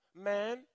Man